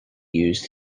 used